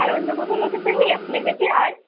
আর অন্য কোথাও লোকেশন নেই আপনার কাছে আর